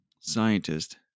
scientist